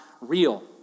real